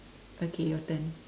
okay your turn